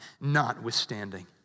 notwithstanding